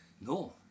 No